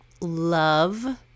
love